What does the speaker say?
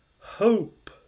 hope